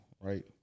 right